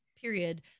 period